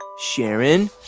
sharon,